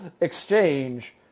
exchange